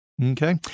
Okay